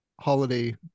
holiday